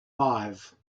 five